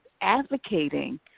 advocating